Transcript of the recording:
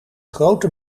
grote